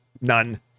None